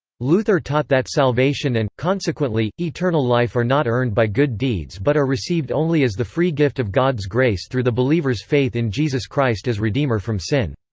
luther taught that salvation and, consequently, eternal life are not earned by good deeds but are received only as the free gift of god's grace through the believer's faith in jesus christ as redeemer from sin.